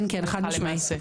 כן, חד משמעית.